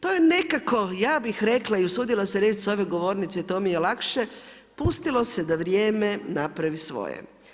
To je nekako ja bih rekla i usudila bih se reći s ove govornice to mi je lakše, pustilo se da vrijeme napravi svoje.